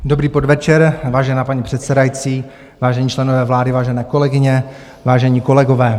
Dobrý podvečer, vážená paní předsedající, vážení členové vlády, vážené kolegyně, vážení kolegové.